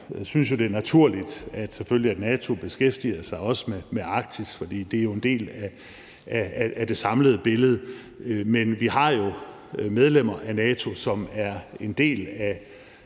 jeg synes, det er naturligt, at NATO selvfølgelig også beskæftiger sig med Arktis, for det er jo en del af det samlede billede. Men vi har jo medlemmer af NATO, som er en del af